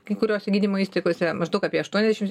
kai kuriose gydymo įstaigose maždaug apie aštuoniasdešimt